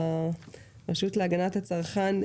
לרשות להגנת הצרכן,